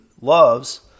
loves